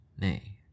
Nay